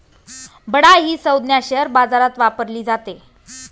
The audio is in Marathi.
बडा ही संज्ञा शेअर बाजारात वापरली जाते